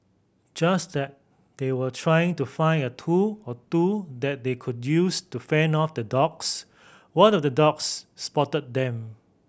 just at they were trying to find a tool or two that they could use to fend off the dogs one of the dogs spotted them